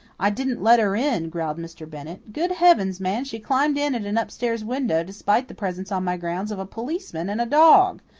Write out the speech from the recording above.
i didn't let her in, growled mr. bennett. good heavens, man, she climbed in at an upstairs window, despite the presence on my grounds of a policeman and a dog!